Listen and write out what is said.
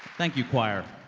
thank you, choir